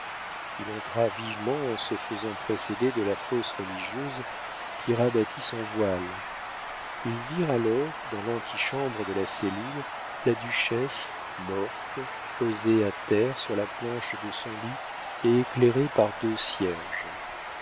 il entra vivement en se faisant précéder de la fausse religieuse qui rabattit son voile ils virent alors dans l'antichambre de la cellule la duchesse morte posée à terre sur la planche de son lit et éclairée par deux cierges